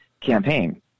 campaign